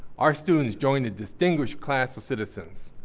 our students join a distinguished class of citizens.